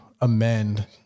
amend